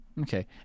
Okay